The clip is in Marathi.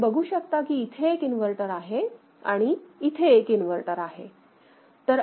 तुम्ही बघू शकता की इथे एक इन्व्हर्टर आहे आणि इथे एक इन्व्हर्टर आहे